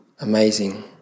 amazing